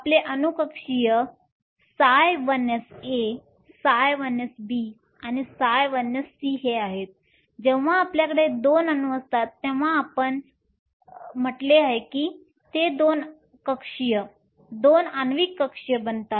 आपले अणू कक्षीय ψ1sA ψ1sB ψ1sC हे आहेत जेव्हा आमच्याकडे 2 अणू असतात तेव्हा आपण म्हणालो की ते 2 कक्षीय 2 आण्विक कक्षीय बनवतात